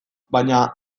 baina